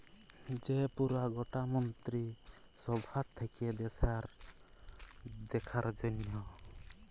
যে পুরা গটা মন্ত্রী সভা থাক্যে দ্যাশের দেখার জনহ